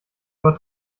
aber